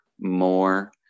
more